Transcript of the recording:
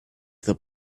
that